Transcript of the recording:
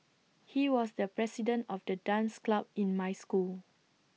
he was the president of the dance club in my school